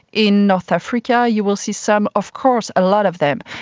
in north africa you will see some of course, a lot of them.